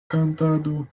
kantado